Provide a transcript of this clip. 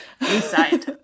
inside